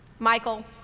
michael,